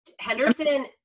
Henderson